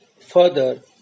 further